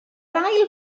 ail